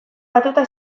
batuta